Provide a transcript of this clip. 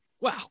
wow